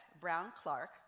Brown-Clark